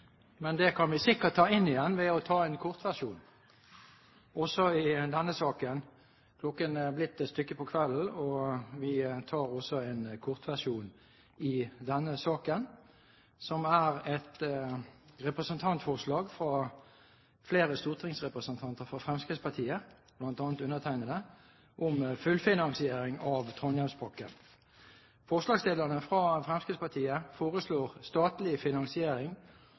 men det kan vi sikkert ta inn igjen ved å ta en kortversjon. Det er blitt et stykke ut på kvelden, og vi tar også en kortversjon i denne saken, som er et representantforslag fra flere stortingsrepresentanter fra Fremskrittspartiet,